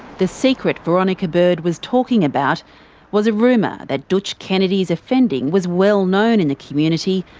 the secret veronica bird was talking about was a rumour that dootch kennedy's offending was well known in the community,